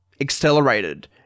accelerated